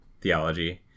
theology